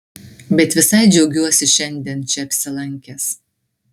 bet visai džiaugiuosi šiandien čia apsilankęs